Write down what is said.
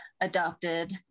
adopted